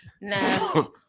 no